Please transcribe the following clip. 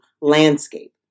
landscape